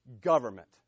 government